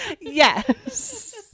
Yes